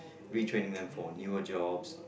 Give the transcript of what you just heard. retraining them for newer jobs